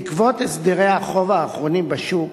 בעקבות הסדרי החוב האחרונים בשוק